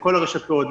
בכל הרשתות,